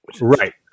Right